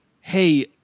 hey